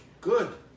Good